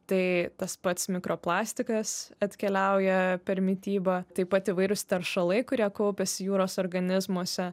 tai tas pats mikroplastikas atkeliauja per mitybą taip pat įvairūs teršalai kurie kaupiasi jūros organizmuose